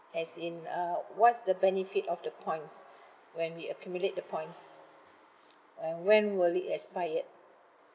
as in uh what's the benefit of the points when we accumulate the points uh when will it expired